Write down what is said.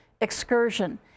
excursion